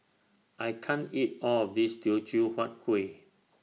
I can't eat All of This Teochew Huat Kuih